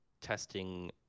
testing